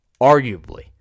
arguably